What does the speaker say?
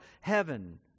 heaven